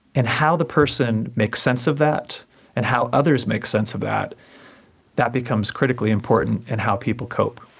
and how the person makes sense of that and how others make sense of that, that becomes critically important in how people cope.